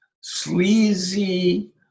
sleazy